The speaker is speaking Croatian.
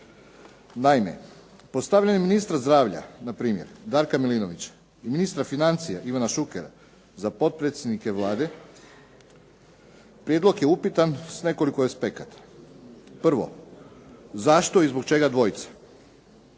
Naime, postavljanjem ministra zdravlja npr. Darka Milinovića, ministra financija Ivana Šukera za potpredsjednike Vlade, prijedlog je upitan s nekoliko aspekata. Prvo. Zašto i zbog čega dvojica?